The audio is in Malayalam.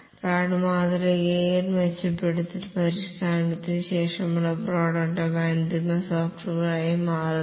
റാഡ് മാതൃകയിൽ മെച്ചപ്പെടുത്തൽ പരിഷ്കരണത്തിന് ശേഷമുള്ള പ്രോട്ടോടൈപ്പ് അന്തിമ സോഫ്റ്റ്വെയറായി മാറുന്നു